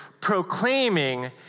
proclaiming